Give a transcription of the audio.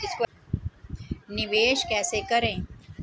निवेश कैसे करें?